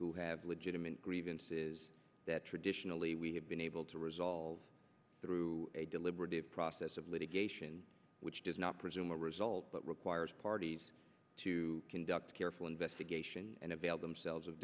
who have legitimate grievances that traditionally we have been able to resolve through a deliberative process of litigation which does not presume a result but requires parties to conduct a careful investigation and avail themselves